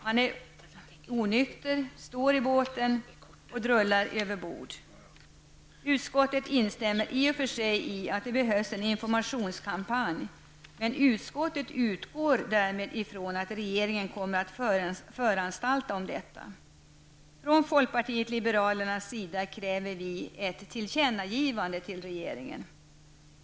Man är onykter, står i båten och drullar överbord. Utskottet instämmer i och för sig i att det behövs en informationskampanj, men utgår ifrån att regeringen kommer att föranstalta om detta. Från folkpartiet liberalernas sida kräver vi ett tillkännagivande till regeringen.